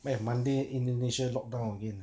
!aiya! monday indonesia lock down again